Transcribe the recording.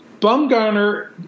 Bumgarner